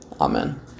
Amen